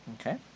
Okay